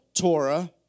Torah